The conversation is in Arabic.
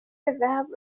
الذهاب